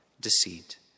deceit